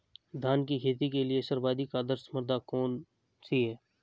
धान की खेती के लिए सर्वाधिक आदर्श मृदा कौन सी है?